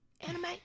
anime